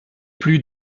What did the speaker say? plus